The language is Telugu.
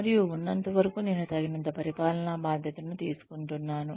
మరియు ఉన్నంతవరకు నేను తగినంత పరిపాలనా బాధ్యతను తీసుకుంటున్నాను